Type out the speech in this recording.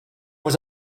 was